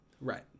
Right